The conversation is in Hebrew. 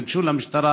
הם ניגשו למשטרה.